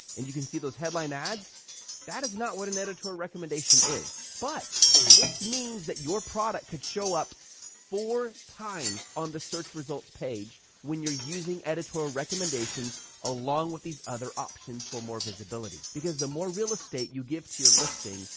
and you can see those headline ads that is not what an editorial recommendation is, but this means that your product could show up four times on the search results page when you're using editorial recommendations along with these other options for more visibility, because the more real estate you give to your listing,